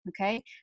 Okay